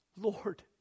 Lord